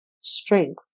strength